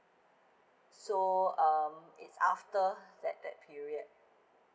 so um it's after that that period